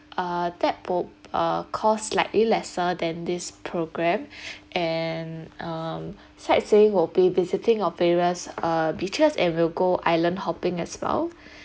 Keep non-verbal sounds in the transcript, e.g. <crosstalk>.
uh that would uh cost slightly lesser than this programme <breath> and um sightseeing will be visiting of various uh beaches and will go island hopping as well <breath>